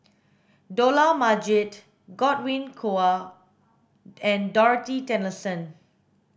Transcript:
Dollah Majid Godwin Koay and Dorothy Tessensohn